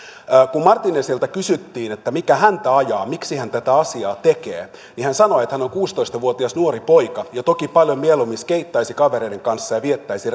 kun martinezilta kysyttiin mikä häntä ajaa miksi hän tätä asiaa tekee niin hän sanoi että hän on kuusitoista vuotias nuori poika ja toki paljon mieluummin skeittaisi kavereiden kanssa ja viettäisi